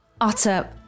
Utter